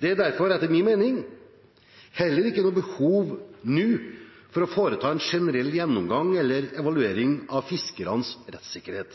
Det er derfor – etter min mening – heller ikke noe behov nå for å foreta en generell gjennomgang eller evaluering av fiskernes rettssikkerhet.